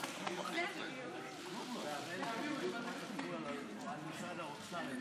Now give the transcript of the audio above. ומיקי לוי: אתם אנשים סופר-רציניים, ורק הדיון